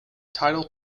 tidal